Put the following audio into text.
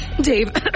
Dave